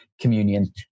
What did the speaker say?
communion